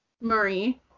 Marie